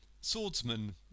swordsman